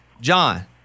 John